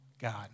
God